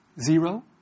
Zero